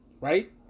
Right